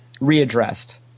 readdressed